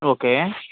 okay